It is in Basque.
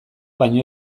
baino